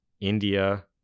India